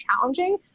challenging